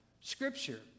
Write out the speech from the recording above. Scripture